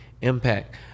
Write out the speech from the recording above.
impact